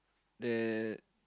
the